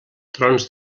trons